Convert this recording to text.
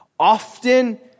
Often